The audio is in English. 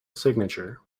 signature